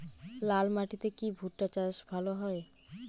লাল মাটিতে কি ভুট্টা চাষ ভালো হয়?